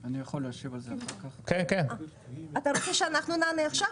אתה רוצה שאנחנו נענה עכשיו?